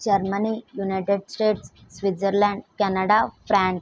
Germany United States Switzerland Canada France